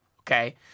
okay